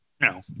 No